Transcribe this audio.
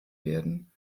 werden